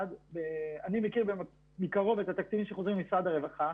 אני מכיר מקרוב את התקציבים שחוזרים למשרד הרווחה.